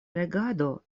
regado